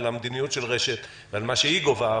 על המדיניות של רש"ת ועל מה שהיא גובה,